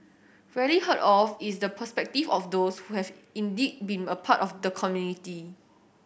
rarely heard of is the perspective of those who have indeed been a part of the community